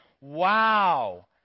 Wow